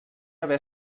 haver